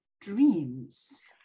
dreams